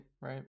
right